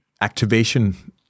activation